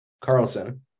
Carlson